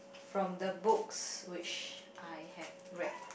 from the books which I have read